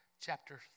chapter